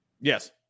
Yes